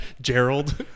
Gerald